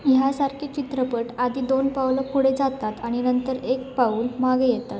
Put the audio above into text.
ह्यासारखे चित्रपट आधी दोन पावलं पुढे जातात आणि नंतर एक पाऊल मागे येतात